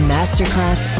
Masterclass